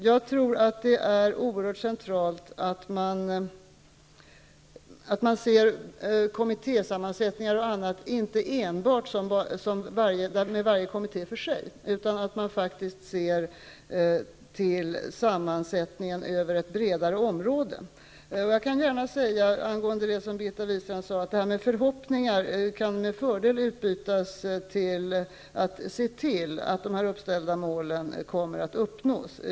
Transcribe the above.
Jag tror att det är oerhört centralt att man när det gäller exempelvis kommittésammansättningar inte enbart ser på varje kommitté för sig, utan att man faktiskt ser till sammansättningen över ett bredare område. Det jag sade om att jag hade förhoppningar kan med fördel utbytas till att jag tänker se till att de uppställda målen kommer att uppnås.